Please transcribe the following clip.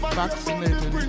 vaccinated